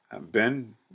Ben